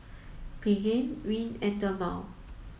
Pregain Rene and Dermale